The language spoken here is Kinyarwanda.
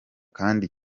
kandi